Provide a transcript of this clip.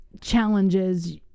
challenges